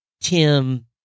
Tim